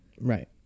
Right